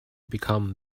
become